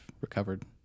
recovered